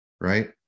right